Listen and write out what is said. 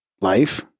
Life